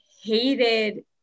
hated